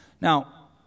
Now